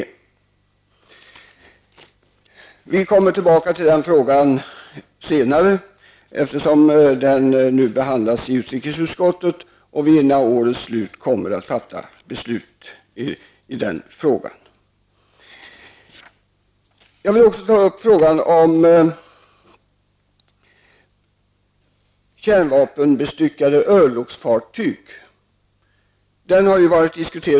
Vi återkommer till den frågan senare, eftersom den nu är föremål för behandling i utrikesutskottet och vi före årets slut kommer att fatta beslut i detta sammanhang. Sedan vill jag ta upp frågan om kärnvapenbestyckade örlogsfartyg. Den diskussionen har ju pågått länge.